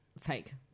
Fake